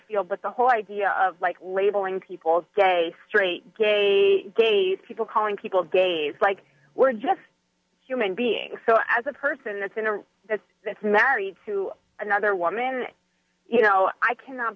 feel but the whole idea of like labeling people's gay straight gay gays people calling people gays like we're just human beings so as a person that in a sense married to another woman you know i cannot